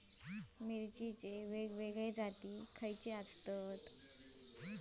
मिरचीचे वेगवेगळे जाती खयले?